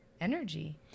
energy